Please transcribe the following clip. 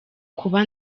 kuba